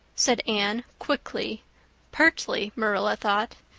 said anne quickly pertly, marilla thought.